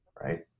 right